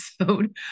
episode